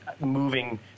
moving